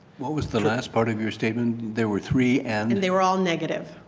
what was the last part of your statement? there were three? and and they were all negative.